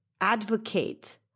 advocate